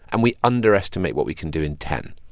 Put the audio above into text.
and we underestimate what we can do in ten.